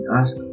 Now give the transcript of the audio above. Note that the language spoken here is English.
ask